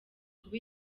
kuba